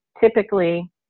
typically